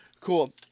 Cool